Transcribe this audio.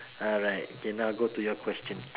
alright okay now go to your question